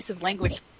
language